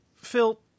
Phil